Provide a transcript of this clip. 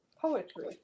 poetry